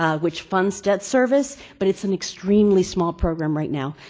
ah which funds debt service, but it's an extremely small program right now.